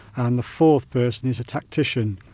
and the fourth person is a tactician,